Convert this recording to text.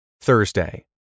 Thursday